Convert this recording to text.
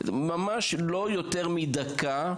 לא יותר מדקה,